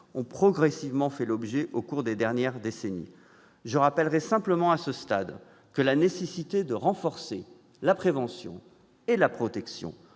ont progressivement fait l'objet au cours des dernières décennies. Je rappellerai simplement à ce stade que la nécessité de renforcer la prévention et la protection,